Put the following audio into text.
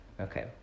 Okay